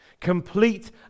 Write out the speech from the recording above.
Complete